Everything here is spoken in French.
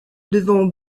devant